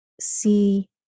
see